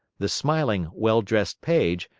the smiling, well-dressed paige,